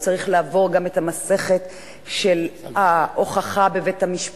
הוא צריך לעבור גם את המסכת של ההוכחה בבית-המשפט,